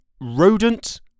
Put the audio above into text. Rodent